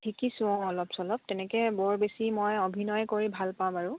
শিকিছোঁ অঁ অলপ চলপ তেনেকে বৰ বেছি মই অভিনয় কৰি ভাল পাওঁ বাৰু